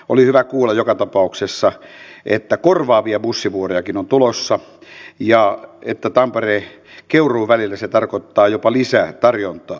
oli hyvä kuulla joka tapauksessa että korvaavia bussivuorojakin on tulossa ja että tamperekeuruu välillä se tarkoittaa jopa lisää tarjontaa